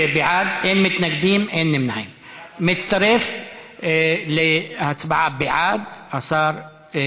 (אומר בערבית: הפרלמנט הצביע פה אחד בעד הצעת החוק של חבר